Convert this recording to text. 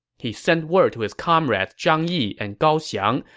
he sent word to his comrades zhang yi and gao xiang,